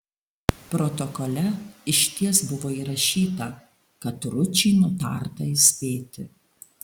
protokole išties buvo įrašyta kad ručį nutarta įspėti